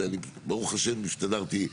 אני ברוך השם הסתדרתי,